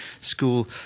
School